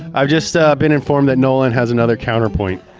i've just been informed that nolan has another counterpoint.